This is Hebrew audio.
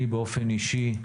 אני באופן אישי,